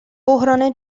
بحران